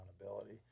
accountability